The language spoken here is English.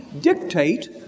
dictate